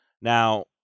Now